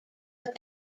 but